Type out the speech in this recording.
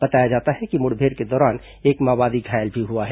बताया जाता है कि मुठभेड़ के दौरान एक माओवादी घायल भी हुआ है